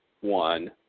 one